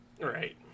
right